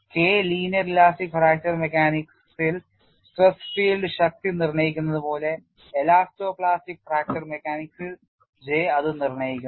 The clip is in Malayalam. K ലീനിയർ ഇലാസ്റ്റിക് ഫ്രാക്ചർ മെക്കാനിക്സിൽ സ്ട്രെസ് ഫീൽഡ് ശക്തി നിർണ്ണയിക്കുന്നതു പോലെ എലാസ്റ്റോ പ്ലാസ്റ്റിക് ഫ്രാക്ചർ മെക്കാനിക്സിൽ J അത് നിർണയിക്കുന്നു